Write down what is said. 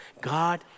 God